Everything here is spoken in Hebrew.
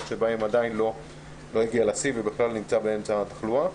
שבהם עדיין לא הגיע לשיא ובכלל נמצא באמצע התחלואה.